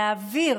להעביר